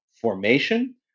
formation